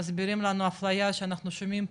מסביר לנו אפליה שאנחנו שומעים פה,